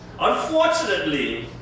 Unfortunately